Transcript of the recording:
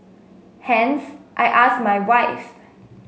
hence I asked my wife